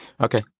Okay